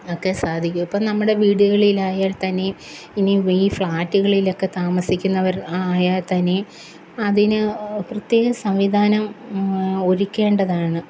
ഒക്കെ സാധിക്കൂ ഇപ്പോൾ നമ്മുടെ വീടുകളിലായാല്ത്തന്നെ ഇനി ഈ ഫ്ലാറ്റുകളിലൊക്കെ താമസിക്കുന്നവര് ആയാൽത്തന്നെ അതിന് പ്രത്യേക സംവിധാനം ഒരുക്കേണ്ടതാണ്